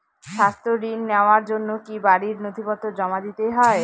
স্বাস্থ্য ঋণ নেওয়ার জন্য কি বাড়ীর নথিপত্র জমা দিতেই হয়?